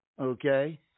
Okay